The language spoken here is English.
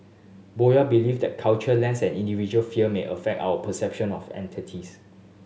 Boyd believe that cultural lens and individual fear may affect our perception of entities